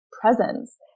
presence